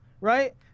right